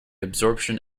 absorption